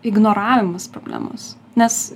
ignoravimas problemos nes